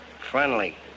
Friendly